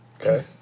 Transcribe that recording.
Okay